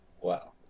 Wow